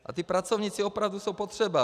A ti pracovníci opravdu jsou potřeba.